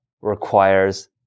requires